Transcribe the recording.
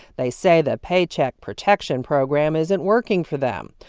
they say the paycheck protection program isn't working for them.